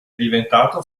diventato